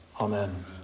Amen